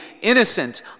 innocent